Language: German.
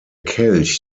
kelch